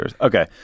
Okay